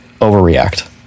overreact